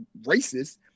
racist